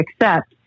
accept